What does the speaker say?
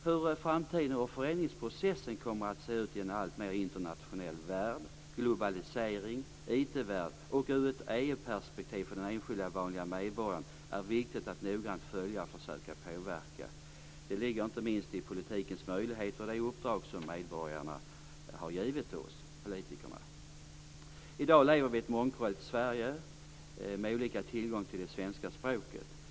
Hur framtiden och förändringsprocessen kommer att se ut i en alltmer internationell värld, med globalisering, IT-värld och ur ett EU-perspektiv för den enskilde vanlige medborgaren är viktigt att noggrant följa och försöka att påverka. Det ligger inte minst i politikens möjligheter och i det uppdrag som medborgarna har givit oss politiker. I dag lever vi i ett mångkulturellt Sverige med olika tillgång till svenska språket.